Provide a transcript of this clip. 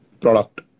product